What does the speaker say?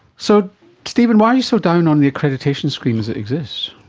so stephen, why are you so down on the accreditation scheme as it exists?